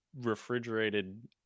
refrigerated